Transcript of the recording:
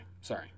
sorry